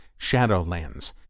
Shadowlands